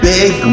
Big